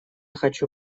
хочу